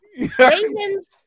raisins